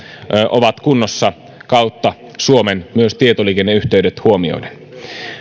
ovat kunnossa kautta suomen myös tietoliikenneyhteydet huomioiden